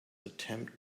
attempt